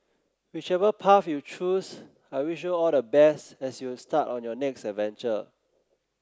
whichever path you choose I wish you all the best as you start on your next adventure